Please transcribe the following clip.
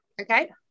Okay